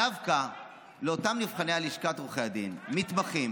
דווקא לאותם נבחני לשכת עורכי הדין, מתמחים